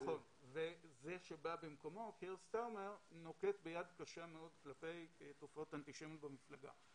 נכון וזה שבא במקומו נוקט ביד קשה מאוד כלפי תופעות אנטישמיות במפלגה.